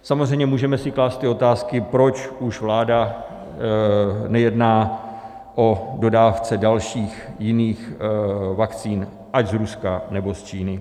Samozřejmě, můžeme si klást otázky, proč už vláda nejedná o dodávce dalších, jiných vakcín, ať z Ruska, nebo z Číny.